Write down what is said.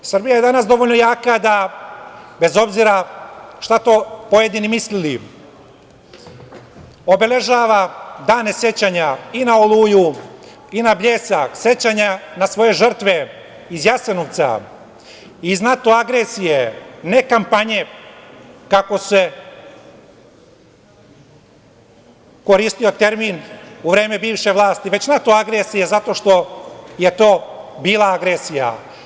Srbija je danas dovoljno jaka da bez obzira, šta to pojedini mislili, obeležava dane sećanja i na Oluju i na Bljesak, sećanje na svoje žrtve iz Jasenovca, iz NATO agresije, ne kampanje, kako se koristio termin u vreme bivše vlasti, već NATO agresija, zato što je to bila agresija.